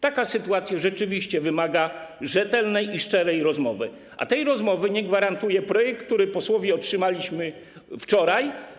Taka sytuacja rzeczywiście wymaga rzetelnej i szczerej rozmowy, a tej rozmowy nie gwarantuje projekt, który jako posłowie otrzymaliśmy wczoraj.